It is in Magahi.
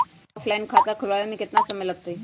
ऑफलाइन खाता खुलबाबे में केतना समय लगतई?